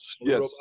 yes